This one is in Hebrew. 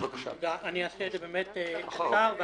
אדבר באמת בקצרה.